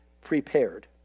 prepared